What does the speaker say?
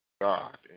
God